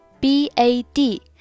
B-A-D